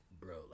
bro